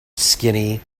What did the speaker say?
skinny